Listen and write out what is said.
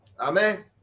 amen